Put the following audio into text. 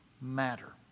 matter